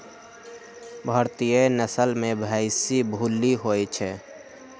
भारतीय नसल में भइशी भूल्ली होइ छइ